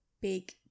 big